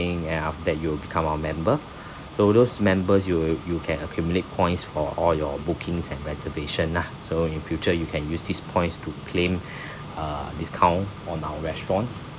and after that you'll become our member so those members you'll you can accumulate points for all your bookings and reservation lah so in future you can use these points to claim uh discount on our restaurants